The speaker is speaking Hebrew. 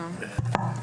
שלום,